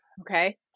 Okay